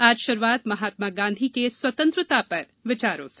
आज शुरुआत महात्मा गांधी के स्वतंत्रता पर विचारों से